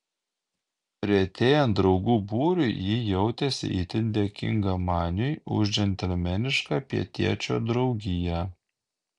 retėjant draugų būriui ji jautėsi itin dėkinga maniui už džentelmenišką pietiečio draugiją